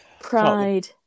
pride